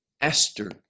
esther